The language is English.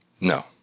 No